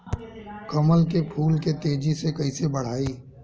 कमल के फूल के तेजी से कइसे बढ़ाई?